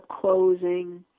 closing